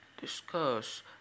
discuss